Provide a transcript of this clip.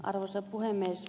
arvoisa puhemies